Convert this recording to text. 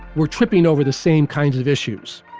were tripping over the same kinds of issues.